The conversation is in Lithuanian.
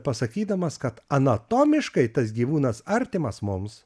pasakydamas kad anatomiškai tas gyvūnas artimas mums